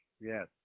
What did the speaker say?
yes